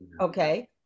okay